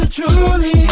truly